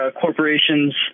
corporations